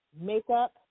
makeup